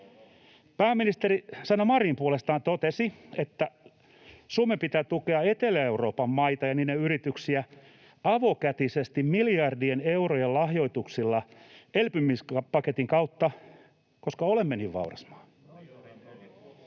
Pääministeri Sanna Marin puolestaan totesi, että Suomen pitää tukea Etelä-Euroopan maita ja niiden yrityksiä avokätisesti miljardien eurojen lahjoituksilla elpymispaketin kautta, koska olemme niin vauras maa.